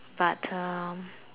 but um